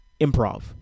improv